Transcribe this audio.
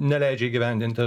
neleidžia įgyvendinti